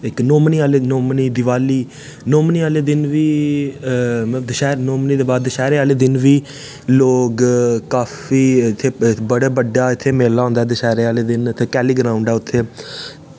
नौमनी दिवाली नौमनी आह्ले दिन बी नौमनी दे बाद दशहैरे आह्ले दिन बी लोग काफी इत्थे बड़ा बड्डा इत्थे मेला होंदा ऐ दशहैरे आह्ले दिन ते कैह्ली गराऊंड ऐ उत्थे